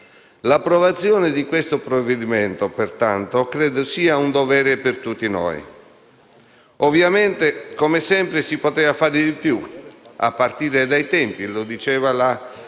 l'approvazione del provvedimento in esame sia un dovere per tutti noi. Ovviamente, come sempre, si poteva fare di più, a partire dai tempi, come diceva la senatrice